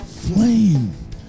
flame